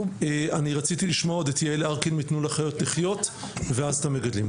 אני רציתי לשמוע את יעל ארקין מ'תנו לחיות לחיות' ואז את המגדלים.